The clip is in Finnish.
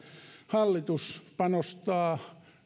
hallitus panostaa